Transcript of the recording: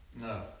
no